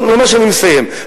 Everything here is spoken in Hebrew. אני מסיים.